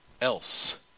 else